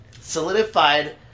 solidified